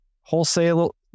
wholesale